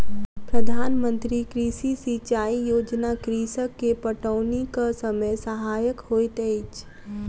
प्रधान मंत्री कृषि सिचाई योजना कृषक के पटौनीक समय सहायक होइत अछि